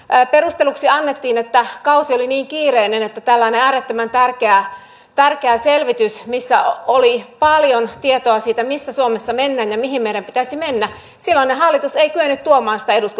perusteluksi annettiin että kausi oli niin kiireinen että tällaista äärettömän tärkeää selvitystä missä oli paljon tietoa siitä missä suomessa mennään ja mihin meidän pitäisi mennä silloinen hallitus ei kyennyt tuomaan eduskunnan käsittelyyn